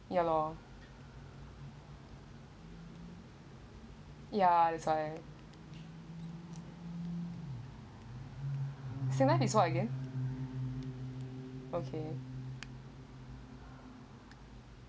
ya lor ya that's why singlife is what again okay